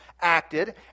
acted